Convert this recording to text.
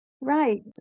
Right